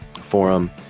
forum